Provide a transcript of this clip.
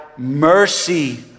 Mercy